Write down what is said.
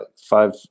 five